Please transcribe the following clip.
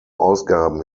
ausgaben